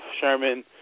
Sherman